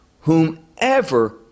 Whomever